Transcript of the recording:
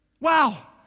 Wow